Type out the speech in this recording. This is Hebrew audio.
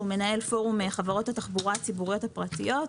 שהוא מנהל פורום חברות התחבורה הציבוריות הפרטיות,